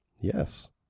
yes